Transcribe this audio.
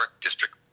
district